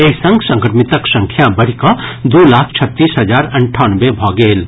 एहि संग संक्रमितक संख्या बढ़िकऽ दू लाख छत्तीस हजार अंठानवे भऽ गेल अछि